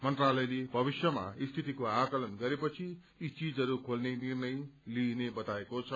मन्त्रालयले भविष्यमा स्थितिको आँकलण गरेपछि यी चीजहरू खोल्ने निर्णय लिइने बताएको छ